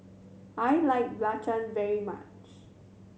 I like belacan very much